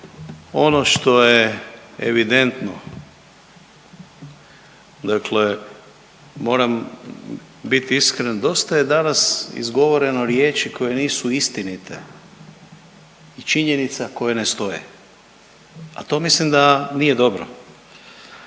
ono što je evidentno dakle moram bit iskren, dosta je danas izgovoreno riječi koje nisu istinite i činjenica koje ne stoje, a to mislim da nije dobro.